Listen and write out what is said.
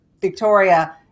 Victoria